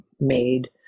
made